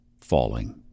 falling